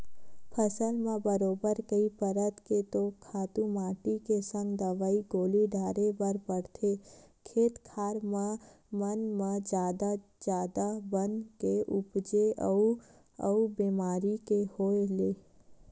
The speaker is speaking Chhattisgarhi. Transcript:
फसल म बरोबर कई परत के तो खातू माटी के संग दवई गोली डारे बर परथे, खेत खार मन म जादा जादा बन के उपजे अउ बेमारी के होय ले